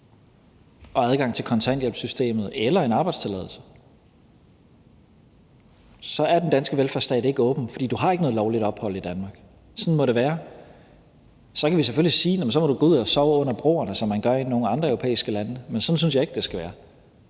og adgang til kontanthjælpssystemet eller en arbejdstilladelse. Så er den danske velfærdsstat ikke åben, for du har ikke noget lovligt ophold i Danmark. Sådan må det være. Så kan vi selvfølgelig sige, at du må gå ud og sove under broerne, som man gør i nogle andre europæiske lande, men sådan synes jeg ikke det skal være.